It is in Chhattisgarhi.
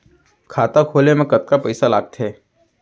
खाता खोले मा कतका पइसा लागथे?